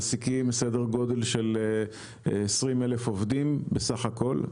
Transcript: מעסיקים סדר גודל של 20 אלף עובדים בסך הכל.